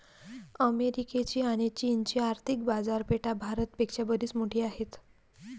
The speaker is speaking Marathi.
अमेरिकेची आणी चीनची आर्थिक बाजारपेठा भारत पेक्षा बरीच मोठी आहेत